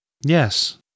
Yes